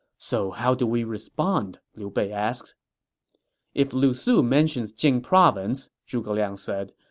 so how do we respond? liu bei asked if lu su mentions jing province, zhuge liang said,